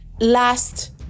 last